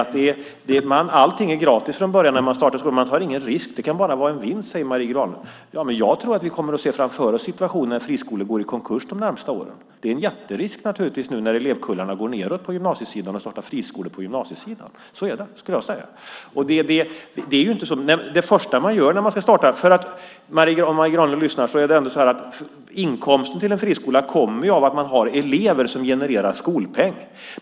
Hon säger att allting är gratis när man startar skolan och att man inte tar någon risk. Det kan bara vara vinst, säger Marie Granlund. Jag tror att vi kommer att se framför oss situationer där friskolor går i konkurs de närmsta åren. Det är en jätterisk nu när elevkullarna går nedåt på gymnasiesidan att starta friskolor där. Jag skulle vilja säga att det är så. Jag ser att Marie Granlund lyssnar. Inkomsten till en friskola kommer av att man har elever som genererar skolpeng.